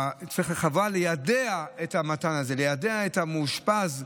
חובה ליידע את המאושפז,